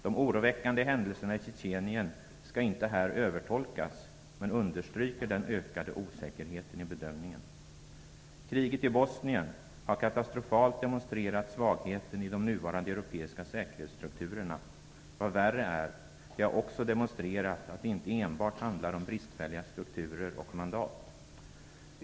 De oroväckande händelserna i Tjetjenien skall inte här övertolkas men understryker den ökade osäkerheten i bedömningen. Kriget i Bosnien har katastrofalt demonstrerat svagheten i de nuvarande europeiska säkerhetsstrukturerna. Vad värre är, är att de också har demonstrerat att det inte enbart handlar om bristfälliga strukturer och mandat.